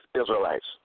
Israelites